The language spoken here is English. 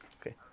Okay